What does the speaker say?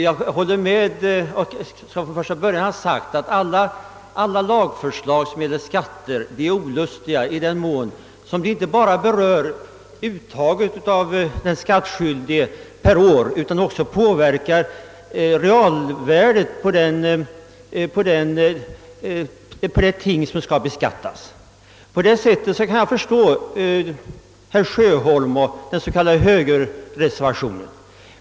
Jag instämmer i den i början av debatten framförda uppfattningen, att alla lagförslag avseende skatter är olustiga i den mån de inte bara berör det årliga uttaget för den skattskyldige utan även påverkar realvärdet av de ting som skall beskattas. Jag kan i så måtto förstå herr Sjöholm och de som står bakom den s.k. högerreservationen.